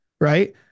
right